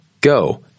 go